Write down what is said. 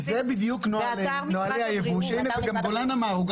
גם גולן אמר.